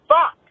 Fuck